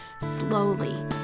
slowly